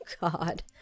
god